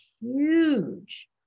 huge